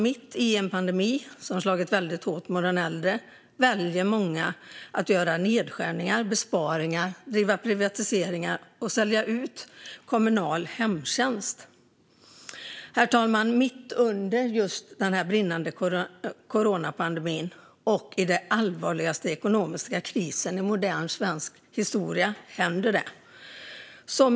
Mitt i en pandemi som slagit hårt mot de äldre och i den allvarligaste ekonomiska krisen i modern svensk historia väljer man i stället att göra nedskärningar och besparingar samt driva på privatisering och sälja ut kommunal hemtjänst. Herr talman!